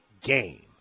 game